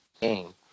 game